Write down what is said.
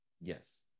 Yes